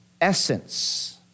essence